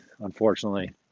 unfortunately